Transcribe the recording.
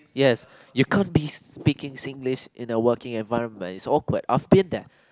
yes you can't be speaking Singlish in the working environment is awkward I'll feel that